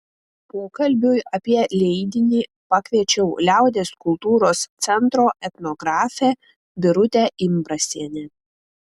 pokalbiui apie leidinį pakviečiau liaudies kultūros centro etnografę birutę imbrasienę